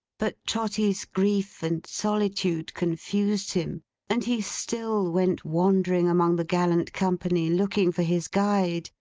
but trotty's grief and solitude confused him and he still went wandering among the gallant company, looking for his guide,